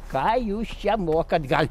ką jūs čia mokat gal